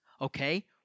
okay